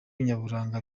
nyaburanga